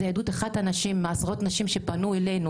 זה עדות של אחת הנשים מעשרות נשים שפנו אלינו